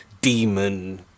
demon